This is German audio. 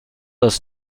das